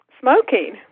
smoking